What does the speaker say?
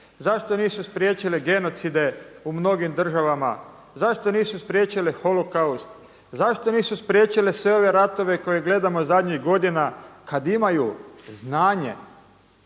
zašto nisu spriječile genocide u mnogim državama, zašto nisu spriječile holokaust, zašto nisu spriječile sve ove ratove koje gledamo zadnjih godina kad imaju znanje?